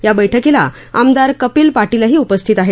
या बैठकीला आमदार कपिल पाटीलही उपस्थित आहेत